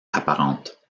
apparente